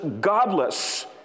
godless